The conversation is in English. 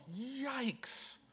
yikes